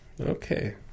Okay